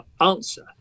answer